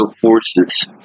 forces